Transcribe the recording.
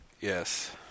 Yes